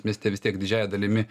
mieste vis tiek didžiąja dalimi